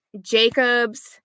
Jacob's